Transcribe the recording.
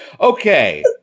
Okay